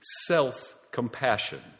self-compassion